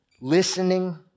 Listening